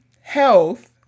health